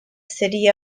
city